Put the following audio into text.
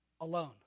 alone